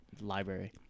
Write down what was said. library